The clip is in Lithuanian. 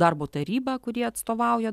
darbo taryba kuri atstovauja